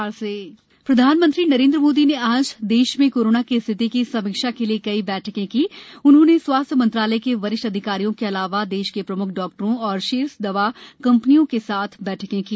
प्रधानमंत्री बैठक प्रधानमंत्री नरेन्द्र मोदी ने आज देश में कोरोना की स्थिति की समीक्षा के लिए कई बैठके की उन्होंने स्वास्थ्य मंत्रालय के वरिष्ठ अधिकारियों के अलावा देश के प्रम्ख चिकित्सकों और शीर्ष दवा कम्पनियों के बैठक की